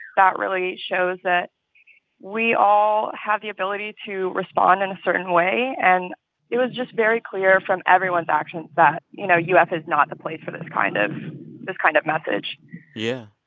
that really shows that we all have the ability to respond in a certain way. and it was just very clear from everyone's actions that, you know, uf is not the place for this kind of this kind of message yeah.